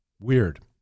Weird